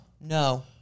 No